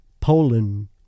Poland